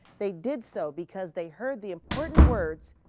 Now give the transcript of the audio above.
they did so because they heard the important words,